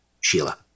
Sheila